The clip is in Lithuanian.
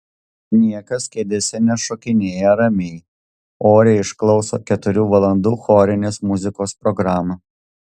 niekas kėdėse nešokinėja ramiai oriai išklauso keturių valandų chorinės muzikos programą